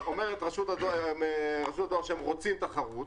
אומרת רשות הדואר שהם רוצים תחרות.